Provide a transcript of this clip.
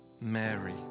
Mary